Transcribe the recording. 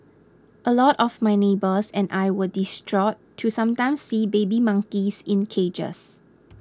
a lot of my neighbours and I were distraught to sometimes see baby monkeys in cages